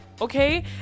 okay